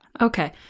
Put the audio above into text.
Okay